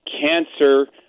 cancer